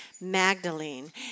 Magdalene